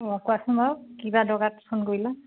অঁ কোৱাচোন বাৰু কিবা দৰকাত ফোন কৰিলা